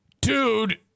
Dude